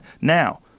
now